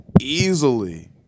easily